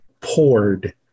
poured